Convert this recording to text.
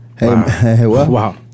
Wow